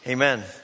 Amen